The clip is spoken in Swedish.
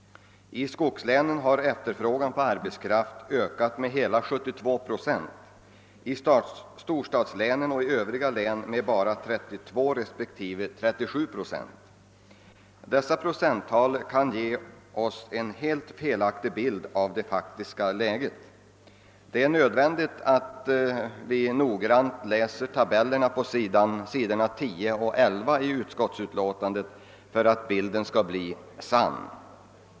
I skogslänen har efterfrågan på arbetskraft ökat med 72 procent, i storstadslänen och i övriga län med 32 respektive 37 procent. Dessa procenttal kan emellertid ge en helt felaktig bild av det faktiska läget. För att bilden skall bli sann är det nödvändigt att noggrant studera uppgifterna på s. 10 och 11 i utskottets utlåtande.